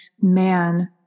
man